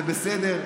זה בסדר.